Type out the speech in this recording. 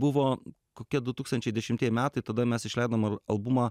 buvo kokie du tūkstančiai dešimtieji metai tada mes išleidom albumą